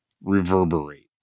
reverberate